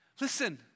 listen